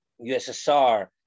USSR